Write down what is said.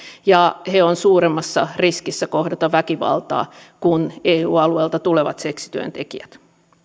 ja he ovat suuremmassa riskissä kohdata väkivaltaa kuin eu alueelta tulevat seksityöntekijät